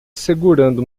segurando